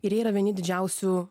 ir yra vieni didžiausių